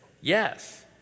yes